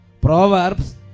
Proverbs